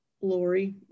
Lori